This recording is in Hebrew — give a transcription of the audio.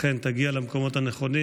אכן תגיע למקומות הנכונים,